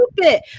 stupid